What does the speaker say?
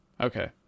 Okay